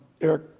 eric